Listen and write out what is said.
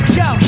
yo